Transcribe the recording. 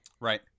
right